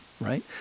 right